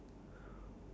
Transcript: ya